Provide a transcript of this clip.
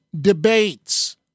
debates